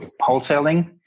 wholesaling